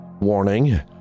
warning